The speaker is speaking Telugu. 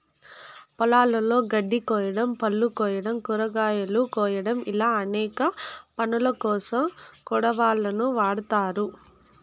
పొలాలలో గడ్డి కోయడం, పళ్ళు కోయడం, కూరగాయలు కోయడం ఇలా అనేక పనులకోసం కొడవళ్ళను వాడ్తారు